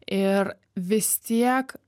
ir vis tiek